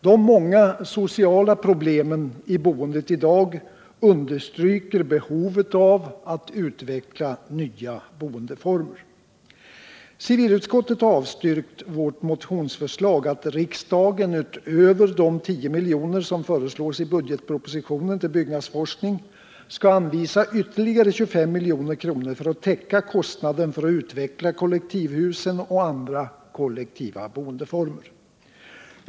De många sociala problemen i boendet i dag understryker behovet av att utveckla nya boendeformer. Civilutskottet har avstyrkt vårt motionsförslag att riksdagen, utöver de 10 miljoner som föreslås i budgetpropositionen till byggnadsforskning, skall anvisa ytterligare 25 milj.kr. för att täcka kostnaden för att utveckla kollektivhusen och andra kollektiva boendeformer.